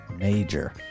Major